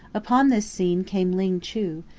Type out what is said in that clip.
upon this scene came ling chu,